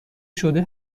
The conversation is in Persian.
شده